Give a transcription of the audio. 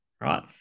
right